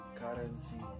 currency